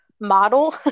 model